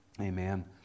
Amen